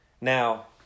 Now